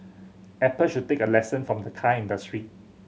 apple should take a lesson from the car industry